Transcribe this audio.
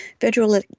Federal